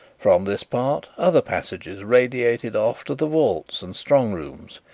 from this part, other passages radiated off to the vaults and strong-rooms,